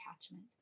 attachment